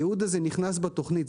הייעוד הזה נכנס בתוכנית.